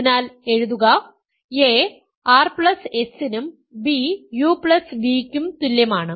അതിനാൽ എഴുതുക a rs നും b uv യ്ക്കും തുല്യമാണ്